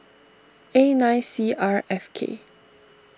A nine C R F K